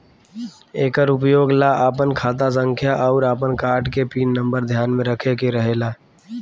एकर उपयोग ला आपन खाता संख्या आउर आपन कार्ड के पिन नम्बर ध्यान में रखे के रहेला